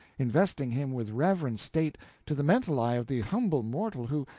investing him with reverend state to the mental eye of the humble mortal who,